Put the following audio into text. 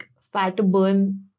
fat-burn